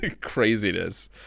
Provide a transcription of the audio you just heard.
craziness